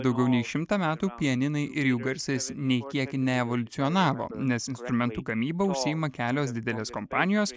daugiau nei šimtą metų pianinai ir jų garsas nei kiek neevoliucionavo nes instrumentų gamyba užsiima kelios didelės kompanijos